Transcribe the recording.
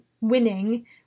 winning